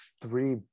three